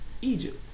Egypt